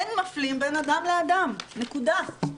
אין מפלים בין אדם לאדם, נקודה.